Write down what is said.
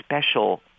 special